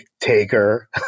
taker